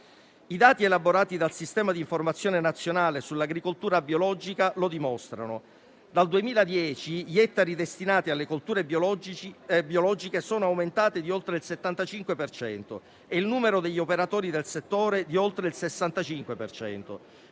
I dati elaborati dal Sistema di informazione nazionale sull'agricoltura biologica (SINAB) lo dimostrano: dal 2010 gli ettari destinati alle colture biologiche sono aumentati di oltre il 75 per cento e il numero degli operatori del settore di oltre il 65,